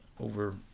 over